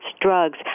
drugs